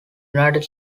united